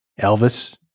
Elvis